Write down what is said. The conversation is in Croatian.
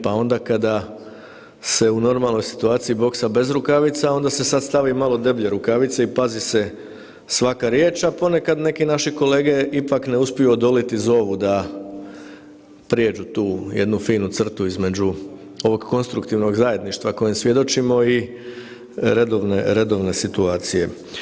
Pa onda kada se u normalnoj situaciji boksa bez rukavica onda se sad stavi malo deblje rukavice i pazi se svaka riječ, a ponekad neki naši kolege ipak ne uspiju odoliti zovu da prijeđu tu jednu finu crtu između ovog konstruktivnog zajedništva kojem svjedočimo i redovne situacije.